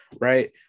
right